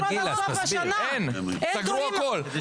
סגרו הכול.